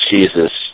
Jesus